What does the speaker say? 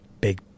big